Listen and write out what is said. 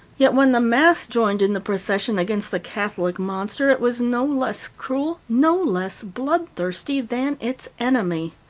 yet when the mass joined in the procession against the catholic monster, it was no less cruel, no less bloodthirsty than its enemy.